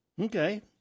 Okay